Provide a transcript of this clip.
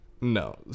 No